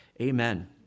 Amen